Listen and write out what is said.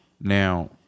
now